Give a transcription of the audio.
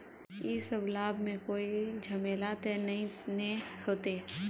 इ सब लाभ में कोई झमेला ते नय ने होते?